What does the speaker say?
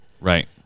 Right